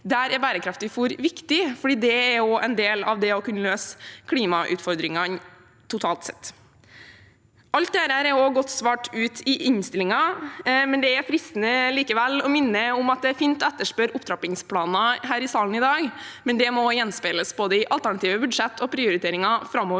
Der er bærekraftig fôr viktig, fordi det også er en del av det å kunne løse klimautfordringene totalt sett. Alt dette er godt svart ut i innstillingen, men det er likevel fristende å minne om at det er fint å etterspørre opptrappingsplaner her i salen i dag, men at det må gjenspeiles i både alternative budsjetter og prioriteringer framover,